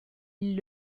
ils